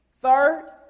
Third